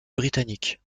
britannique